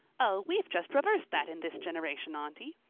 oh, we've just reversed that in this generation, aunty.